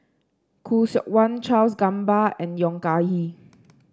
Khoo Seok Wan Charles Gamba and Yong Ah Kee